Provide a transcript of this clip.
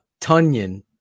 Tunyon